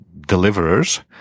deliverers